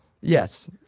Yes